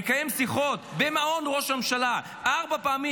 מקיים שיחות במעון ראש הממשלה ארבע פעמים